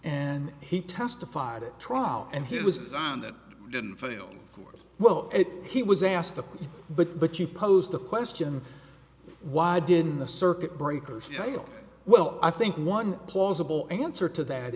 and he testified at trial and he was done that didn't fail well he was asked to but but she posed the question why didn't the circuit breakers well i think one plausible answer to that